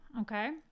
Okay